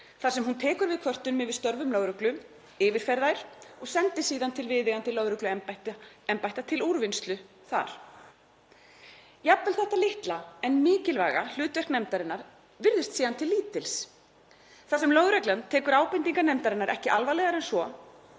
þar sem hún tekur við kvörtunum yfir störfum lögreglu, yfirfer þær og sendir síðan til viðeigandi lögregluembætta til úrvinnslu þar. Jafnvel þetta litla en mikilvæga hlutverk nefndarinnar virðist síðan til lítils þar sem lögreglan tekur ábendingar nefndarinnar ekki alvarlegar en svo